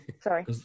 Sorry